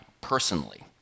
personally